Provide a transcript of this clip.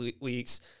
weeks